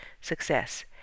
success